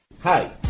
Hi